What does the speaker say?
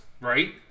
right